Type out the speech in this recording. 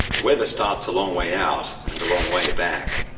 weather starts a long way out and a long way back.